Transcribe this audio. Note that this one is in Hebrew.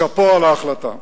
שאפו על ההחלטה.